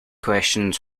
questions